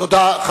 תודה.